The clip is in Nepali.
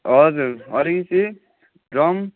हजुर अरू चाहिँ ड्रम